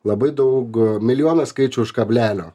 labai daug milijoną skaičių už kablelio